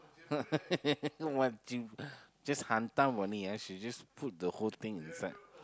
what she just hentam only ah should just put the whole thing inside